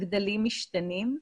הגדלים משתנים.